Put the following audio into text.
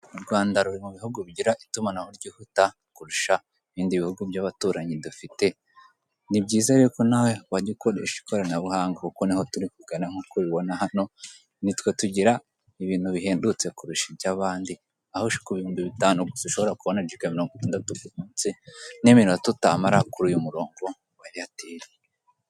U Rwanda ruri mu bihugu bigira itumanaho ryihuta kurusha ibindi bihugu by'abaturanyi dufite, ni byiza rero ko nawe wajya ukoresha ikoranabuhanga kuko ni ho turi kugana nk'uko ubibona hano ni twe tugira ibintu bihendutse kurusha iby'abandi, aho ku bihumbi bitanu gusa ushobora kubona Jinga mirongo itandatu ku munsi n'iminota utamara kuri uyu murongo wa Airtel.